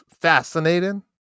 fascinating